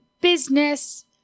business